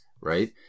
right